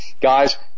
Guys